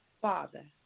Father